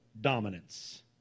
dominance